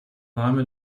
warme